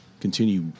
continue